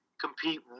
compete